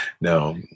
No